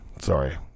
Sorry